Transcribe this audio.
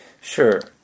Sure